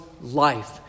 life